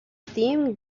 team